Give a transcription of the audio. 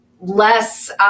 less